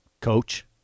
coach